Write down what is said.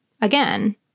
again